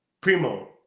primo